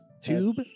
Tube